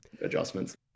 adjustments